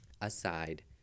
aside